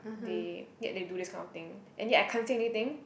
they yet they do this kind of thing and yet I can't say anything